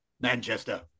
Manchester